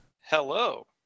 Hello